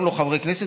גם לא חברי כנסת,